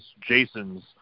Jason's